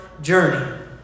journey